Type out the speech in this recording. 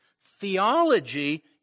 theology